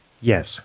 Yes